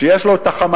שיש לו החמלה,